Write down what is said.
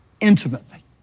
intimately